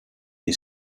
est